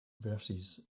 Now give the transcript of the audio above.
verses